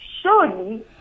surely